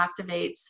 activates